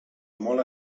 molt